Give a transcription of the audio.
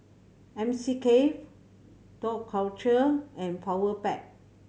M C Cafe Dough Culture and Powerpac